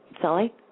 Sally